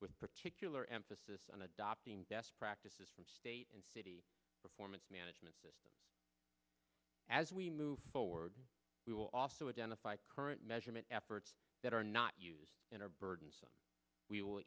with particular emphasis on adopting best practices from state and performance management system as we move forward we will also identify current measurement efforts that are not used in our burden so we will